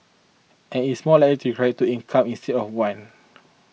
and it is more likely to require two incomes instead of one